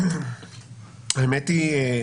האמת היא,